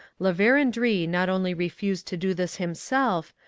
la verendrye not only refused to do this himself,